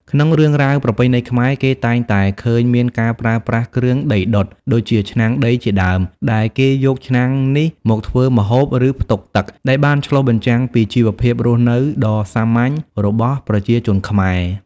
ក្នុងរឿងរ៉ាវប្រពៃណីខ្មែរ គេតែងតែឃើញមានការប្រើប្រាស់គ្រឿងដីដុត ដូចជាឆ្នាំងដីជាដើម ដែលគេយកឆ្នាំងនេះមកធ្វើម្ហូប ឬផ្ទុកទឹក ដែលបានឆ្លុះបញ្ចាំងពីជីវភាពរស់នៅដ៏សាមញ្ញរបស់ប្រជាជនខ្មែរ។